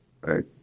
Right